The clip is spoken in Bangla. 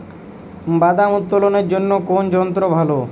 বাদাম উত্তোলনের জন্য কোন যন্ত্র ভালো?